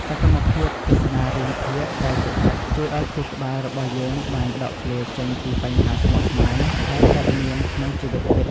សកម្មភាពទស្សនារឿងភាគដែលជក់ចិត្តជួយឱ្យខួរក្បាលរបស់យើងបានដកឃ្លាចេញពីបញ្ហាស្មុគស្មាញដែលកើតមានក្នុងជីវិតពិត។